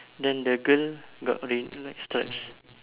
then the girl got okay next steps